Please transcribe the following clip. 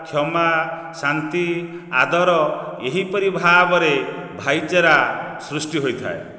କ୍ଷମା ଶାନ୍ତି ଆଦର ଏହିପରି ଭାବରେ ଭାଇଚାରା ସୃଷ୍ଟି ହୋଇଥାଏ